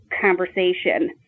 conversation